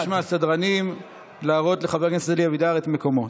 אני מבקש מהסדרנים להראות לחבר הכנסת אלי אבידר את מקומו.